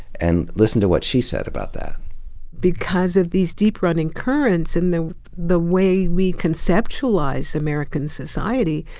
and listen to what she said about that because of these deep running currents in the the way we conceptualize american society,